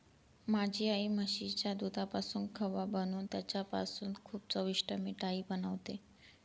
माझी आई म्हशीच्या दुधापासून खवा बनवून त्याच्यापासून खूप चविष्ट मिठाई बनवते